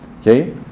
okay